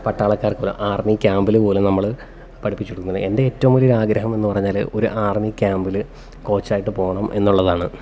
പട്ടാളക്കാർക്ക് army ക്യാമ്പിൽ പോലും നമ്മൾ പഠിപ്പിച്ചു കൊടുക്കുന്നത് എൻ്റെ ഏറ്റവും വലിയൊരാഗ്രഹം എന്നു പറഞ്ഞൽ ഒരു ആർമീ ക്യാമ്പിൽ കോച്ചായിട്ട് പോകണം എന്നുള്ളതാണ്